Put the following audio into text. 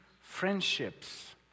friendships